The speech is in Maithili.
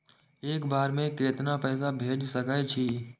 एक बार में केतना पैसा भेज सके छी?